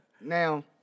Now